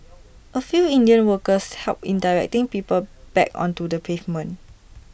A few Indian workers helped in directing people back onto the pavement